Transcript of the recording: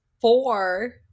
four